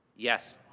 Yes